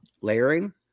layering